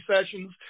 sessions